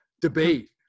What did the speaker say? debate